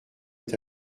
est